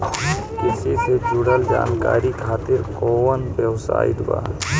कृषि से जुड़ल जानकारी खातिर कोवन वेबसाइट बा?